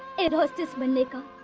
airhostess? i